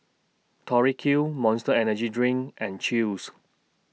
Tori Q Monster Energy Drink and Chew's